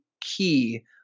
key